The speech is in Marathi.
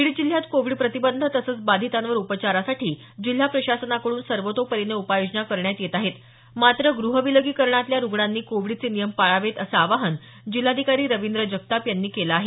बीड जिल्ह्यात कोविड प्रतिबंध तसंच बाधितांवर उपचारासाठी जिल्हा प्रशासनाकडून सर्वोतोपरीने उपाययोजना करण्यात येत आहेत मात्र गृह विलगीकरणातल्या रुग्णांनी कोविडचे नियम पाळावेत असं आवाहन जिल्हाधिकारी रविंद्र जगताप यांनी केलं आहे